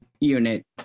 unit